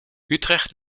utrecht